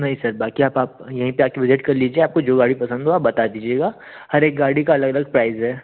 नहीं सर बाकी आप आप यहीं पर आ कर विज़िट कर लीजिए आपको जो गाड़ी पसंद हो आप बता दीजिएगा हर एक गाड़ी का अलग अलग प्राइज़ है